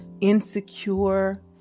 insecure